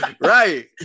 right